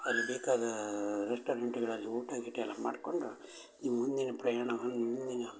ಅಲ್ಲಿ ಬೇಕಾದ ರೆಸ್ಟೋರೆಂಟುಗಳಲ್ಲಿ ಊಟ ಗೀಟ ಎಲ್ಲ ಮಾಡಿಕೊಂಡು ನಿಮ್ಮ ಮುಂದಿನ ಪ್ರಯಾಣವನ್ನು ಮುಂದಿನ